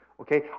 okay